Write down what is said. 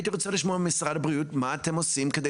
הייתי רוצה לשמוע ממשרד הבריאות מה אתם עושים כדי